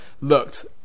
looked